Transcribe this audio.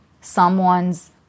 someone's